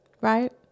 right